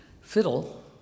fiddle